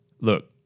look